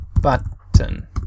button